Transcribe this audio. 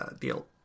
deal